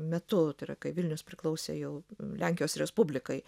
metu tai yra kai vilnius priklausė jau lenkijos respublikai